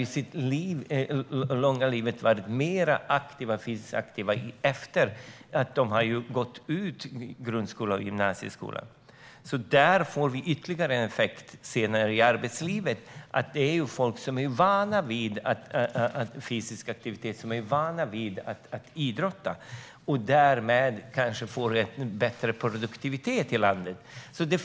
De har varit mer fysiskt aktiva efter att de har gått ur grundskola och gymnasieskola. Det ger ytterligare en effekt senare i arbetslivet: Om folk är vana vid fysisk aktivitet och att idrotta får vi kanske bättre produktivitet i landet.